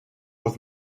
with